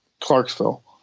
Clarksville